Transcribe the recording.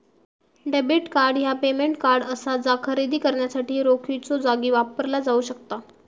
debit card ह्या payment card असा जा खरेदी करण्यासाठी रोखीच्यो जागी वापरला जाऊ शकता